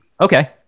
Okay